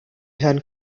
herrn